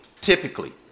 typically